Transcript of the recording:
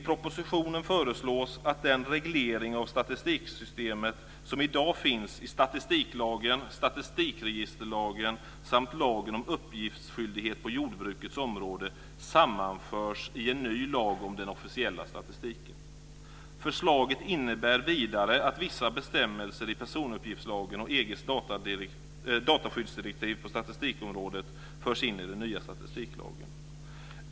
propositionen föreslås att den reglering av statistiksystemet som i dag finns i statistiklagen, statistikregisterlagen samt lagen om uppgiftsskyldighet på jordbrukets område sammanförs i en ny lag om den officiella statistiken. Förslaget innebär vidare att vissa bestämmelser i personuppgiftslagen och EG:s dataskyddsdirektiv på statistikområdet förs in i den nya statistiklagen.